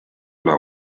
üle